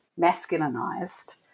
masculinized